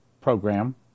program